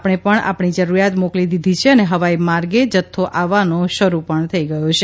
આપણે પણ આપણી જરૂરિયાત મોકલી દીધી છે અને હવાઇ માર્ગે જથ્થો આવવાનો શરૂ પણ થઇ ગયો છે